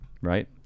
Right